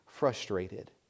Frustrated